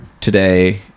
today